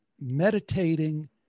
meditating